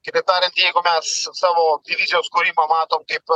kitaip tariant jeigu savo divizijos kūrimą matom kaip